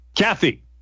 Kathy